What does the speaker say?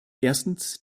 erstens